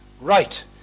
right